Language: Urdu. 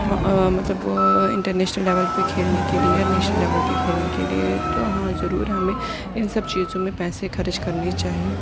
مطلب وہ انٹرنیشنل لیول پہ کھیلنے کے لیے یا نیشنل لیول پہ کھیلنے کے لیے تو ہاں ضرور ہمیں ان سب چیزوں میں پیسے خرچ کرنے چاہیے